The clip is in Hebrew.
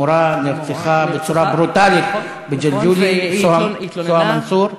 מורה נרצחה בצורה ברוטלית בג'לג'וליה, סוהא מנסור.